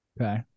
okay